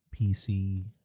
pc